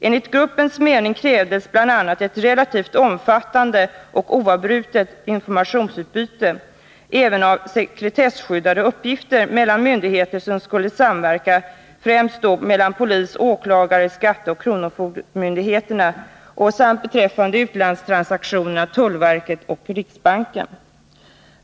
Enligt gruppens mening krävdes bl.a. ett relativt omfattande och oavbrutet informationsutbyte — även av sekretesskyddade uppgifter — mellan de myndigheter som skulle samverka, främst polis-, åklagar-, skatteoch kronofogdemyndigheterna samt beträffande utlandstransaktioner tullverket och riksbanken.